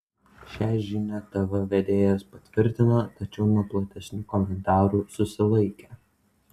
šią žinią tv vedėjas patvirtino tačiau nuo platesnių komentarų susilaikė